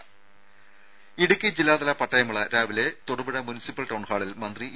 ദേദ ഇടുക്കി ജില്ലാതല പട്ടയമേള രാവിലെ തൊടുപുഴ മുനിസിപ്പൽ ടൌൺ ഹാളിൽ മന്ത്രി ഇ